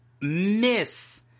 miss